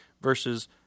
versus